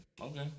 Okay